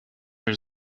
are